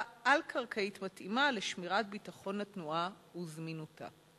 על-קרקעית מתאימה לשמירת ביטחון התנועה וזמינותה?